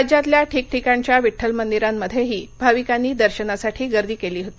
राज्यातल्या ठिकठीकाणच्या विठ्ठल मंदिरांमध्येही भाविकांनी दर्शनासाठी गर्दी केली होती